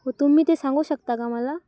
हो तुम्ही ते सांगू शकता का मला